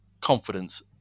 confidence